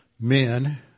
men